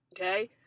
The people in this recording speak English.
Okay